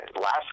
last